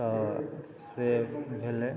तऽ से भेलय